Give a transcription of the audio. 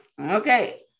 Okay